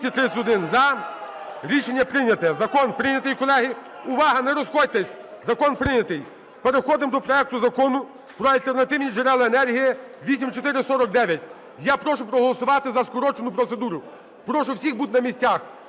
Закон прийнятий, колеги. Увага, не розходьтесь! Закон прийнятий. Переходимо до проекту Закону про альтернативні джерела енергії (8449). Я прошу проголосувати за скорочену процедуру. Прошу всіх бути на місцях.